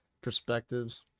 perspectives